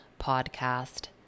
Podcast